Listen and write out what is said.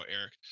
Eric